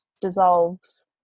dissolves